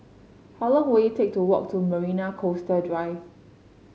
how long will it take to walk to Marina Coastal Drive